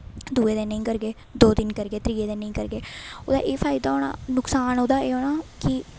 दूए दिन नेईं करगे दो दिन करगे त्रिये दिन नेईं करगे ओह्दा फायदा नकसान ओह्दा एह् होना कि एह् होना कि